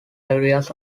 areas